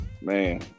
Man